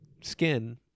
Skin